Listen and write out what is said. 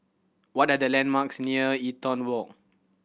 what are the landmarks near Eaton Walk